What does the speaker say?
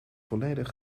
volledig